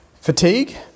Fatigue